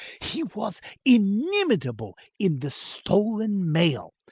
he was inimitable in the stolen mail.